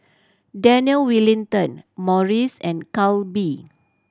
Daniel Wellington Morries and Calbee